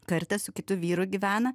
kartą su kitu vyru gyvena